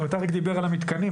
אריק דיבר על המתקנים,